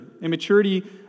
Immaturity